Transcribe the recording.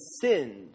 sinned